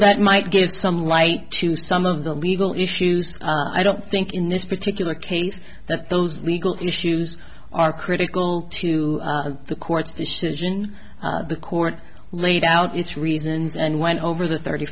that might give some light to some of the legal issues i don't think in this particular case that those legal issues are critical to the court's decision the court laid out its reasons and went over the thirty